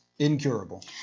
incurable